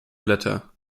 blätter